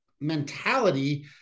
mentality